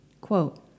quote